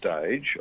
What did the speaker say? stage